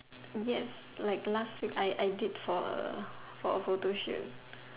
yes like last week I I did for a for a photo shoot